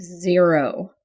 zero